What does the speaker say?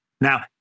Now